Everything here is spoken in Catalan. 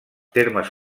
termes